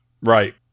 Right